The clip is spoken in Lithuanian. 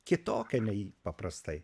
kitokia nei paprastai